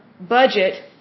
budget